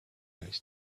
last